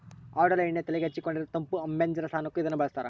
ಔಡಲ ಎಣ್ಣೆ ತೆಲೆಗೆ ಹಚ್ಚಿಕೊಂಡರೆ ತಂಪು ಅಭ್ಯಂಜನ ಸ್ನಾನಕ್ಕೂ ಇದನ್ನೇ ಬಳಸ್ತಾರ